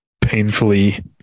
painfully